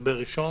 לדבר ראשון.